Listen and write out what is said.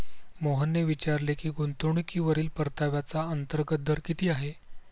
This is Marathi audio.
मोहनने विचारले की गुंतवणूकीवरील परताव्याचा अंतर्गत दर किती आहे?